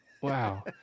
wow